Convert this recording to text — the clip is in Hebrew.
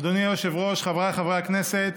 אדוני היושב-ראש, חבריי חברי הכנסת,